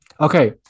Okay